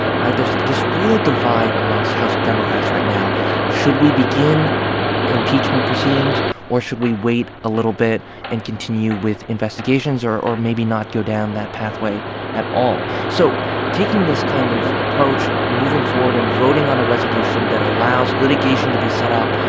right? there's this real divide amongst house democrats right now should we begin impeachment proceedings or should we wait a little bit and continue with investigations or or maybe not go down that pathway at all? so taking this kind of approach, moving forward and voting on a resolution that allows litigation to be set up,